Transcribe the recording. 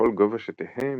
בכל גובה שתהא,